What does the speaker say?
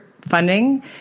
funding